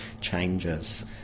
changes